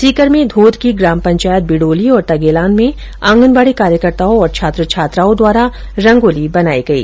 सीकर में धोद की ग्राम पंचायत बिड़ोली और तगेलान में आंगनबाडी कार्यकर्ताओं और छात्र छात्राओं द्वारा रंगोली बनाई गई